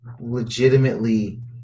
legitimately